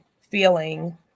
feeling